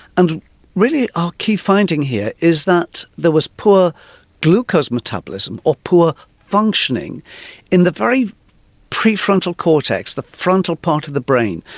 and really our key finding here is that there was poor glucose metabolism or poor functioning in the very prefrontal cortex, the frontal part of the brain.